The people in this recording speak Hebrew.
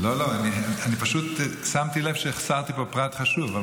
לא, פשוט שמתי לב שהחסרתי פה פרט חשוב.